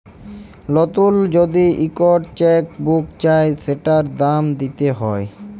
লতুল যদি ইকট চ্যাক বুক চায় সেটার দাম দ্যিতে হ্যয়